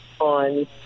on